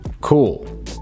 cool